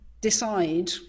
decide